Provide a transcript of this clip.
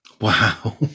Wow